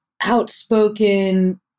outspoken